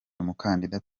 umukandida